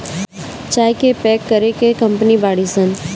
चाय के पैक करे के कंपनी बाड़ी सन